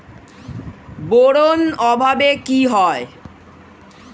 Boron অভাবে কি হয়?